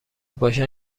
باشن